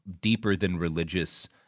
deeper-than-religious